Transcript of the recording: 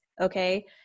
Okay